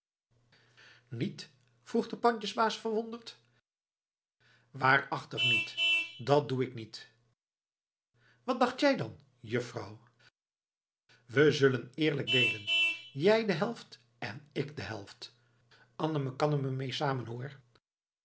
niet vroeg de pandjesbaas verwonderd waarachtig niet dat doe ik niet wat dacht jij dan juffrouw we zullen eerlijk deelen jij de helft en ik de helft annemekannememeesamen hoor